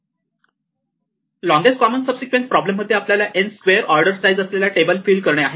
LCS problem प्रमाणे आपल्याला n square order size असलेला टेबल फिल करणे आहे